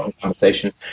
conversation